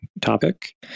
topic